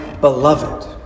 beloved